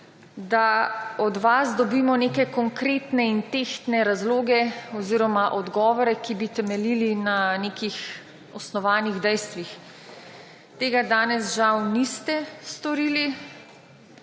da od vas dobimo neke konkretne in tehtne razloge oziroma odgovore, ki bi temeljili na nekih osnovanih dejstvih. Tega danes žal niste storili.